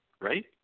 right